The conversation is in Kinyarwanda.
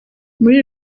muri